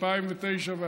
אנחנו עוברים,